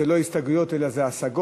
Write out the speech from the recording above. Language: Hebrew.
אלה לא הסתייגויות אלא השגות.